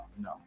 No